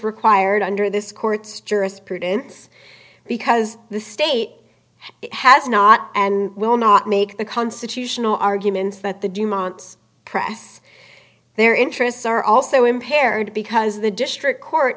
required under this court's jurisprudence because the state has not and will not make the constitutional arguments that the dumont's press their interests are also impaired because the district court